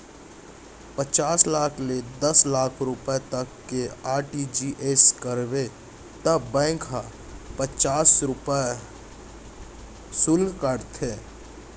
पॉंच लाख ले दस लाख रूपिया तक के आर.टी.जी.एस कराबे त बेंक ह पचास रूपिया सुल्क काटथे